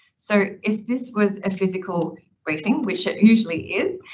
so if this was a physical briefing, which it usually is,